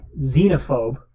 xenophobe